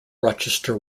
rochester